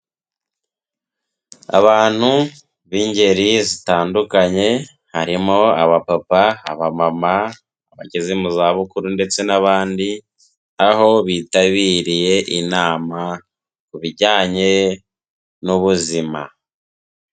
Abantu b'ingeri zitandukanye, harimo abapapa, abamama bageze mu zabukuru ndetse n'abandi; aho bitabiriye inama ku bijyanye n'ubuzima.